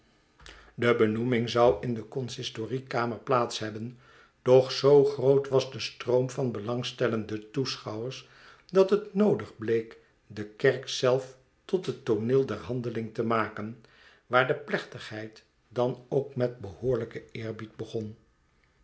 aanstellen debenoeming zou in de consistoriekamer plaats hebben doch zoo groot was de stroom van belangstellende toeschouwers dat het noodig bleek de kerk zelf tot het tooneel der handeling te maken waar de plechtigheid dan ook met behoorlijken eerbied begon